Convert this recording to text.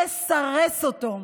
לסרס אותו,